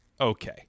Okay